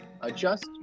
adjust